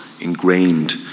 ingrained